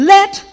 Let